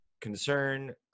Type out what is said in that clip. concern